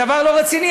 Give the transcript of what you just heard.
הדבר לא רציני.